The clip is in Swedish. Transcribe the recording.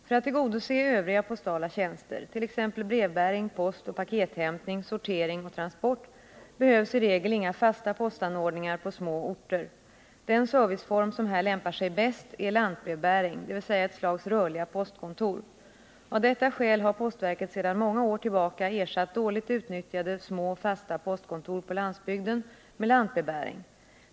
För att tillgodose övriga postala tjänster, t.ex. brevbäring, postoch pakethämtning, sortering och transport behövs i regel inga fasta postanordningar på små orter. Den serviceform som här lämpar sig bäst är lantbrevbäring, dvs. ett slags rörliga postkontor. Av detta skäl har postverket sedan många år tillbaka ersatt dåligt utnyttjade, små fasta postkontor på landsbygden med lantbrevbäring.